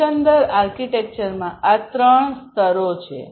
એકંદર આર્કિટેક્ચરમાં આ ત્રણ સ્તરો છે